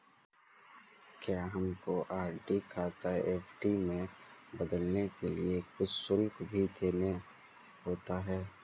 क्या हमको आर.डी खाता एफ.डी में बदलने के लिए कुछ शुल्क भी देना होता है?